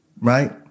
right